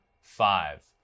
five